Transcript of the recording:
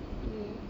yea